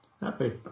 Happy